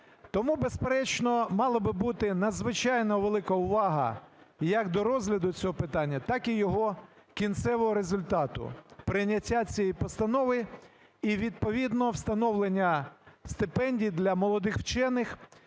Тому, безперечно, мала би бути надзвичайно велика увага як до розгляду цього питання, так і його кінцевого результату – прийняття цієї постанови і, відповідно, встановлення стипендій для молодих вчених.